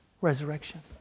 resurrection